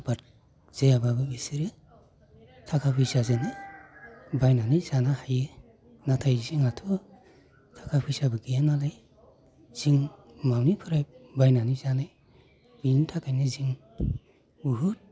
आबाद जायाबाबो बिसोरो थाखा फैसाजोंनो बायनानै जानो हायो नाथाय जोंहाथ' थाखा फैसाबो गैया नालाय जों मानिफ्राय बायनानै जानो बिनि थाखायनो जों बुहुत